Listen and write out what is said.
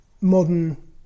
modern